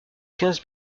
quinze